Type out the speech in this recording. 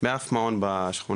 באף מעון בשכונה.